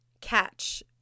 catch